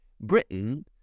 Britain